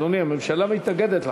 אדוני, הממשלה מתנגדת?